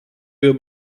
will